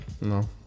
No